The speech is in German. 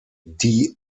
die